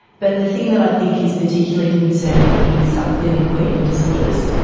but the thing that i think is particularly concerning is sub-clinical eating disorders.